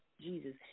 Jesus